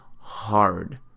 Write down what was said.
hard